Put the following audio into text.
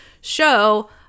show